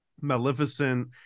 Maleficent